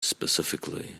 specifically